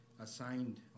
assigned